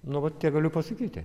nu vat tiek galiu pasakyti